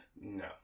No